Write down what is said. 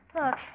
Look